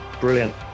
brilliant